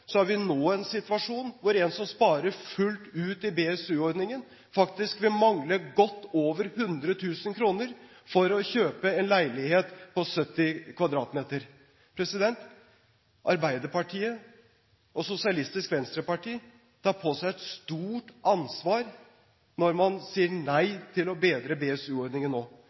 Så har vi nå en situasjon hvor en som sparer fullt ut i BSU-ordningen, faktisk vil mangle godt over 100 000 kr for å kjøpe en leilighet på 70 m2. Arbeiderpartiet og Sosialistisk Venstreparti tar på seg et stort ansvar når man sier nei til å bedre BSU-ordningen nå.